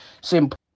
Simple